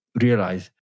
realize